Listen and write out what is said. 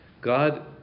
God